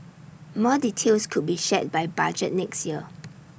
more details could be shared by budget next year